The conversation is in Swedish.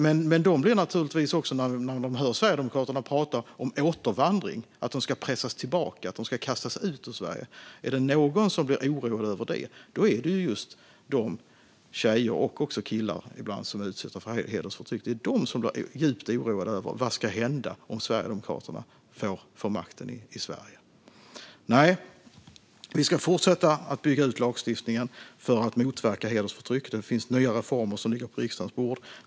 Men om det är några som blir oroade av att höra Sverigedemokraternas prat om återvandring, om att de ska pressas tillbaka och kastas ut ur Sverige, är det just de tjejer och ibland killar som är utsatta för hedersförtryck. Det är de som blir djupt oroade för vad som ska hända om Sverigedemokraterna får makten i Sverige. Nej, vi ska fortsätta bygga ut lagstiftningen för att motverka hedersförtryck. På riksdagens bord ligger förslag på nya reformer.